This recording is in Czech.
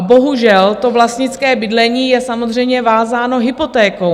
Bohužel, to vlastnické bydlení je samozřejmě vázáno hypotékou.